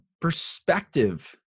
perspective